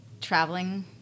traveling